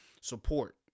Support